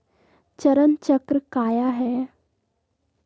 चरण चक्र काया है?